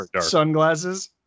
Sunglasses